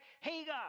Hagar